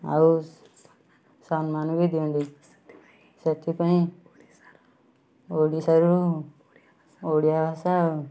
ଆଉ ସମ୍ମାନ ବି ଦିଅନ୍ତି ସେଥିପାଇଁ ଓଡ଼ିଶାରୁ ଓଡ଼ିଆ ଭାଷା